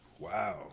Wow